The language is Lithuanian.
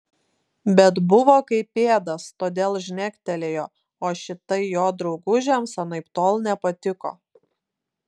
bet buvo kaip pėdas todėl žnektelėjo o šitai jo draugužiams anaiptol nepatiko